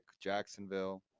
Jacksonville